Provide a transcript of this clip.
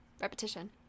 Repetition